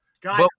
Guys